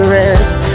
rest